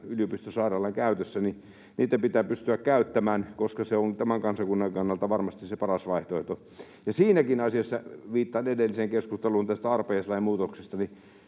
yliopistosairaalan käytössä, pitää pystyä käyttämään, koska se on tämän kansakunnan kannalta varmasti se paras vaihtoehto. Ja siinäkin asiassa viittaan edelliseen keskusteluun tästä arpajaislain muutoksesta: